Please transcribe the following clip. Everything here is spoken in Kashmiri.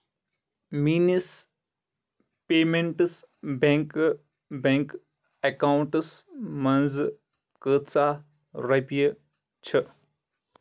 میٲنِس پیمیٚنٛٹس بیٚنٛک بینک اکاونٹَس منٛز کۭژاہ رۄپیہِ چھِ